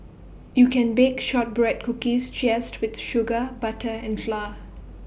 you can bake Shortbread Cookies just with sugar butter and flour